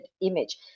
image